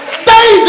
stay